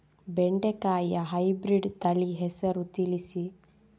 ಬೆಂಡೆಕಾಯಿಯ ಹೈಬ್ರಿಡ್ ತಳಿ ಹೆಸರು ತಿಳಿಸಿ?